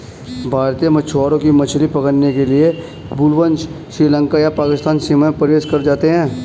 भारतीय मछुआरे मछली पकड़ने के लिए भूलवश श्रीलंका या पाकिस्तानी सीमा में प्रवेश कर जाते हैं